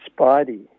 Spidey